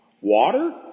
Water